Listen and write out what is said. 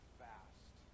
fast